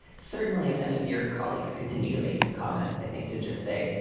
certainly if any of your colleagues continue to make comments, i think to just say,